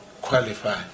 qualify